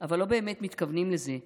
אבל לא באמת מתכוונים לזה,